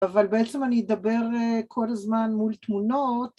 אבל בעצם אני אדבר כל הזמן מול תמונות